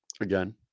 Again